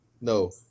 No